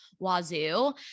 wazoo